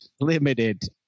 Limited